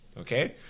Okay